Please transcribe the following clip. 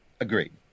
Agreed